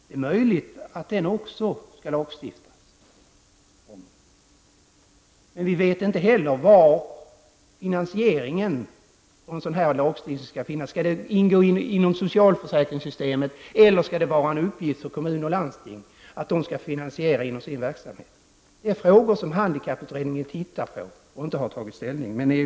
Det är möjligt att en lagstiftning blir aktuell även på detta område. Vi vet inte heller hur en sådan lagstiftning skall finansieras. Skall denna verksamhet ingå inom socialförsäkringssystemet, eller skall kommuner och landsting finansiera detta inom ramen för sin verksamhet? Det är frågor som handikapputredningen är i full färd med att studera men inte har tagit ställning till.